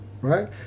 right